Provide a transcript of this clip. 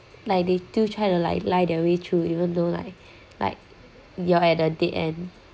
like they still try to like lie their way through even though like like you're at a dead end